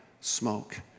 smoke